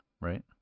Right